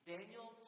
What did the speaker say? Daniel